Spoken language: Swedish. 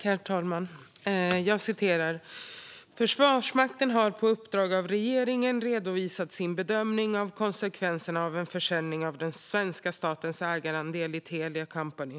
Herr talman! Jag citerar: "Försvarsmakten har på uppdrag av regeringen redovisat sin bedömning av konsekvenserna av en försäljning av den svenska statens ägarandel i Telia Company AB.